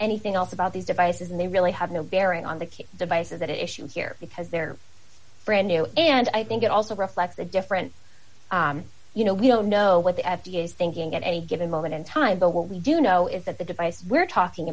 anything else about these devices and they really have no bearing on the kid devices that issue here because they're brand new and i think it also reflects the difference you know we don't know what the f d a is thinking at any given moment in time but what we do know is that the device we're talking